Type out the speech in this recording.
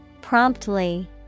Promptly